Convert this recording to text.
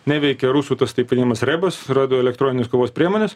neveikia rusų tas taip vadinamas rebas radioelektroninės kovos priemonės